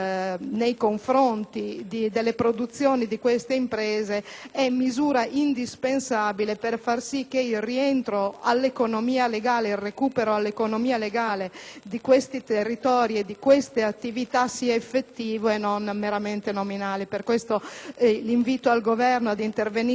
indispensabile per far sì che il recupero all'economia legale di questi territori e di queste attività sia effettivo e non meramente nominale. Per questo l'invito al Governo ad intervenire presto ed efficacemente su questa materia è davvero caloroso.